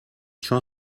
چون